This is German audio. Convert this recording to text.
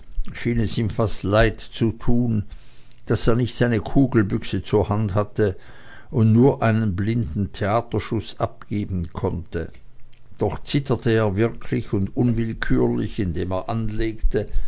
es ihm fast leid zu tun daß er nicht seine kugelbüchse zur hand hatte und nur einen blinden theaterschuß absenden konnte doch zitterte er wirklich und unwillkürlich indem er anlegte